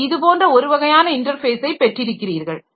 நீங்கள் இதுபோன்ற ஒரு வகையான இன்டர்ஃபேஸை பெற்றிருக்கிறீர்கள்